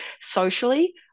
socially